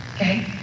Okay